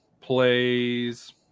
plays